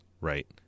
right